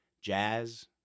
jazz